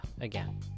again